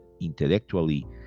intellectually